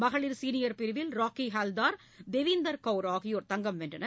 மகளிர் சீனியர் பிரிவில் ராக்கிஹால்டர் தேவீந்தர் கவுர் ஆகியோர் தங்கம் வென்றனர்